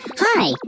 Hi